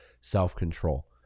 self-control